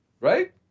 Right